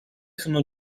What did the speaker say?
sono